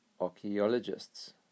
archaeologists